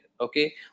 okay